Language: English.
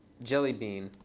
jelly bean.